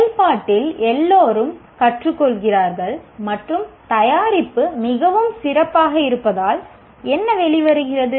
செயல்பாட்டில் எல்லோரும் கற்றுக்கொள்கிறார்கள் மற்றும் தயாரிப்பு மிகவும் சிறப்பாக இருப்பதால் என்ன வெளிவருகிறது